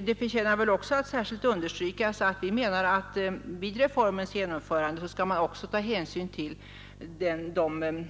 Det förtjänar också att särskilt understrykas att vi anser att man, vid reformens genomförande, även skall ta hänsyn till de